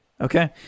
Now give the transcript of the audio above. Okay